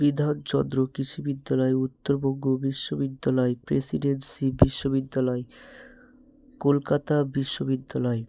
বিধানচন্দ্র কৃষি বিদ্যালয় উত্তরবঙ্গ বিশ্ববিদ্যালয় প্রেসিডেন্সি বিশ্ববিদ্যালয় কলকাতা বিশ্ববিদ্যালয়